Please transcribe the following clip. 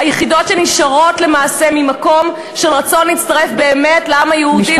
היחידות שנשארות למעשה ממקום של רצון להצטרף באמת לעם היהודי,